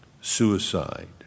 suicide